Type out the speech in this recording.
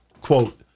quote